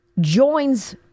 joins